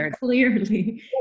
clearly